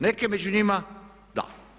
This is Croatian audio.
Neke među njima, da.